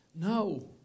No